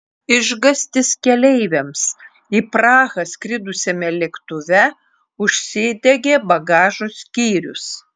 išgąstis keleiviams į prahą skridusiame lėktuve užsidegė bagažo skyrius